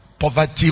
poverty